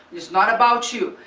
not about you.